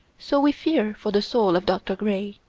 so we fear for the soul of dr. gray,